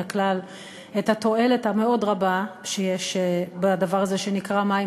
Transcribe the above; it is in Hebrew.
הכלל את התועלת המאוד-רבה שיש בדבר הזה שנקרא מים